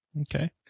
Okay